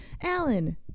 Alan